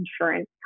insurance